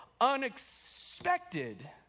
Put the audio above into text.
unexpected